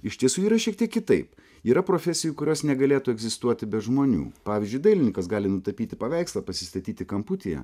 iš tiesų yra šiek tiek kitaip yra profesijų kurios negalėtų egzistuoti be žmonių pavyzdžiui dailininkas gali nutapyti paveikslą pasistatyti kamputyje